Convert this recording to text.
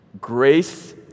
Grace